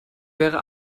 wäre